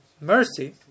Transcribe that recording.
mercy